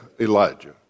Elijah